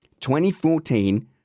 2014